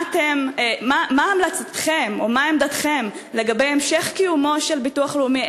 מה המלצתכם או מה עמדתכם לגבי המשך קיומו של הביטוח הלאומי?